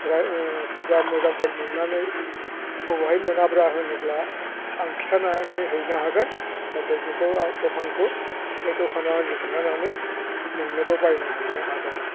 सोरबा मोजांफोर मोननानै बबाहाय मोनाब्रा होनोब्ला आं खिथानानै हैनो हागोन जाहाथे बेखौ दखानखौ बे दखानाव आं लिंलांनानै नोंनोबो बायना हैनो हागोन आं